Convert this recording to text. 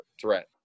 threat